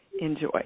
Enjoy